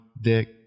dick